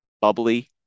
bubbly